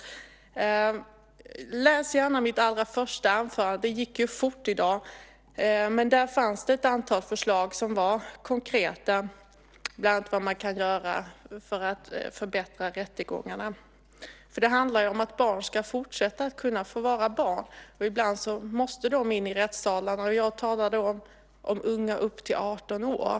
Men läs gärna mitt allra första anförande - det gick ju fort i dag - där det fanns ett antal förslag som var konkreta, bland annat om vad man kan göra för att förbättra rättegångarna. Det handlar ju om att barn ska kunna fortsätta att få vara barn. Och ibland måste de in i rättssalarna. Och jag talade om unga upp till 18 år.